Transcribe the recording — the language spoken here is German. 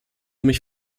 mich